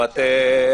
10:56.